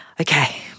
Okay